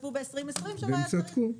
וחשבו שב-2020 לא היה צריך,